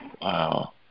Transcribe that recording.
Wow